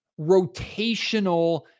rotational